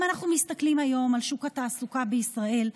אם אנחנו מסתכלים היום על שוק התעסוקה בישראל,